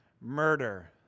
murder